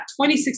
26